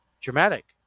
dramatic